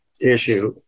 issue